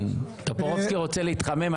טופורובסקי רוצה להתחמם,